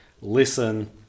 listen